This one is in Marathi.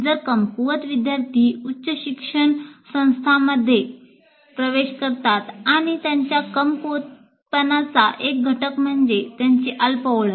जर कमकुवत विद्यार्थी उच्च शिक्षण संस्थांमध्ये प्रवेश करतात आणि त्यांच्या कमकुवतपणाचे एक घटक म्हणजे त्यांची अल्प ओळख